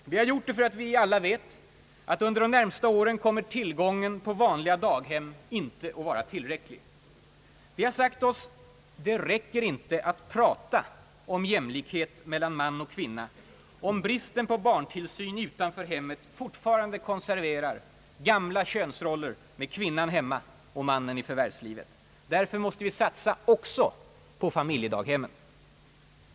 Vi har gjort det därför att vi alla vet att under de närmaste åren kommer tillgången på vanliga daghem inte att vara tillräcklig. Vi har sagt oss: Det räcker inte att man pratar om jämlikhet mellan man och kvinna, om bristen på barntillsyn utanför hemmet fortfarande konserverar de gamla könsrollerna med kvinnan hemma och mannen i förvärvslivet. Därför måste vi satsa också på familjedaghemmen.